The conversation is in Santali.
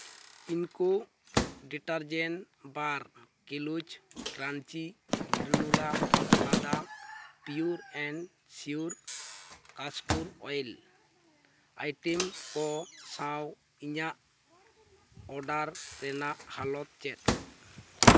ᱦᱮᱱᱠᱚ detergent bar Kellogg's crunchy granola Phalada pure and sure castor oil item ᱠᱚ ᱥᱟᱶ ᱤᱧᱟᱜ ᱚᱰᱟᱨ ᱨᱮᱱᱟᱜ ᱦᱟᱞᱚᱛ ᱪᱮᱫ